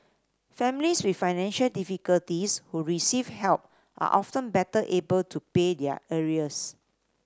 families with financial difficulties who receive help are often better able to pay their arrears